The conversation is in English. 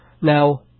Now